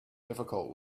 difficult